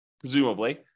presumably